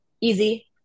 easy